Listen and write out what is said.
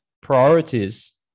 priorities